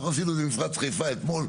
אנחנו עשינו את זה במפרץ חיפה אתמול,